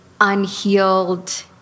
unhealed